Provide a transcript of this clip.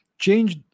change